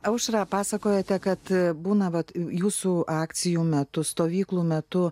aušra pasakojote kad būna vat jūsų akcijų metu stovyklų metu